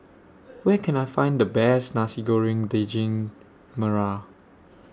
Where Can I Find The Best Nasi Goreng Daging Merah